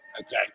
Okay